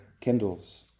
kindles